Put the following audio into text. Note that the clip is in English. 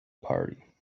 party